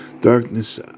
Darkness